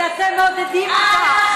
כי אתם מעודדים לכך,